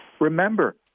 Remember